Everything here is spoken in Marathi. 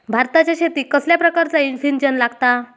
भाताच्या शेतीक कसल्या प्रकारचा सिंचन लागता?